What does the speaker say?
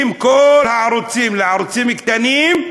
כל הערוצים הופכים לערוצים קטנים,